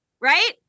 Right